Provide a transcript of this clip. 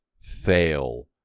fail